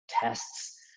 tests